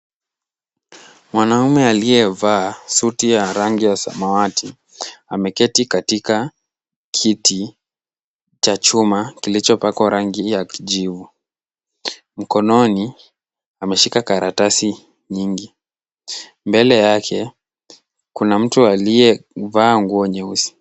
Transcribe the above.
Mwanaume aliyevaa suti ya rangi ya samawati ameketi katika kiti cha chuma kilichopakwa rangi ya kijivu. Mkononi, ameshika karatasi nyingi. Mbele yake kuna mtu aliyevaa nguo nyeusi.